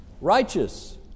righteous